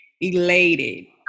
elated